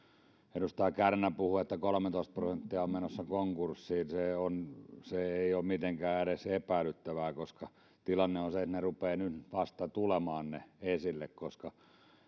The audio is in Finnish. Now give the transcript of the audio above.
edustaja kärnä puhui että kolmetoista prosenttia on menossa konkurssiin se ei ole mitenkään edes epäilyttävää koska tilanne on se että ne rupeavat nyt vasta tulemaan esille koska